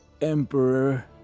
Emperor